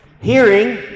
hearing